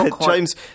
James